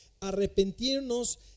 arrepentirnos